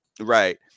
Right